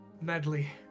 Medley